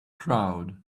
crowd